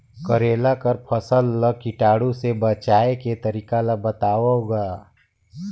करेला कर फसल ल कीटाणु से बचाय के तरीका ला बताव ग?